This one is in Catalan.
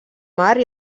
mar